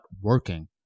working